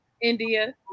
India